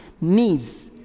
knees